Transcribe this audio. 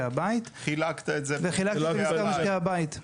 הבית --- חילקת את זה בין כל משקי הבית.